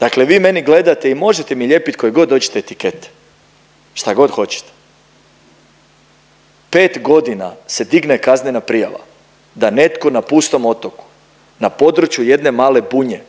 Dakle, vi meni gledate i možete mi lijepiti koje god hoćete etikete, šta god hoćete. Pet godina se digne kaznena prijava da netko na pustom otoku na području jedne Male Bunje